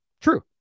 True